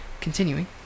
Continuing